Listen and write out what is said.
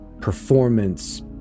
performance